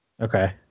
Okay